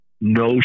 no